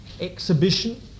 exhibition